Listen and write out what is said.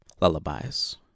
lullabies